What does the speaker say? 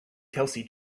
kelsey